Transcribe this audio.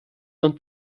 und